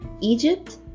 Egypt